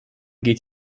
geht